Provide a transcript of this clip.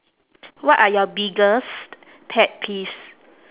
what are your biggest pet peeves